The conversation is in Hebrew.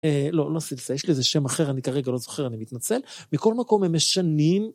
לא, לא סלסה, יש לי איזה שם אחר, אני כרגע לא זוכר, אני מתנצל. מכל מקום הם משנים.